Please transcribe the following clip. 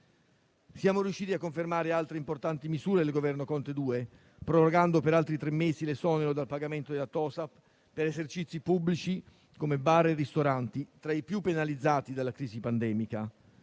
Siamo riusciti a confermare altri importanti misure del Governo Conte II, prorogando per altri tre mesi l'esonero dal pagamento della TOSAP per esercizi pubblici come bar e ristoranti, tra i più penalizzati dalla crisi pandemica,